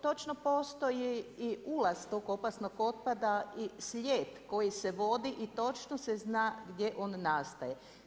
Točno postoji i ulaz tog opasnog otpada i slijed koji se vodi i točno se zna gdje on nastaje.